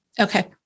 Okay